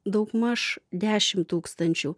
daugmaž dešim tūkstančių